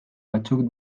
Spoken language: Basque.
batzuk